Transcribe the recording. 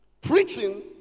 preaching